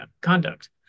conduct